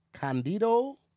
Candido